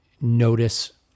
notice